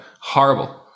Horrible